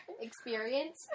experience